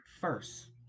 first